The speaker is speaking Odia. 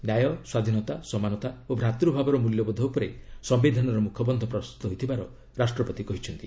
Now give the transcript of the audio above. ନ୍ୟାୟ ସ୍ୱାଧୀନତା ସମାନତା ଓ ଭ୍ରାତୃଭାବର ମୂଲ୍ୟବୋଧ ଉପରେ ସମ୍ମିଧାନର ମୁଖବନ୍ଧ ପ୍ରସ୍ତୁତ ହୋଇଥିବାର ରାଷ୍ଟ୍ରପତି କହିଛନ୍ତି